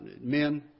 men